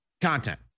content